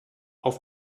auf